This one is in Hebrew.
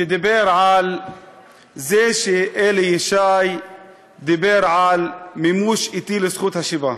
שדיבר על זה שאלי ישי דיבר על מימוש אטי של זכות השיבה.